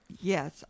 Yes